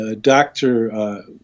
doctor